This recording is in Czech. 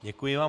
Děkuji vám.